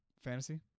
Fantasy